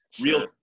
real